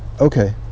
Okay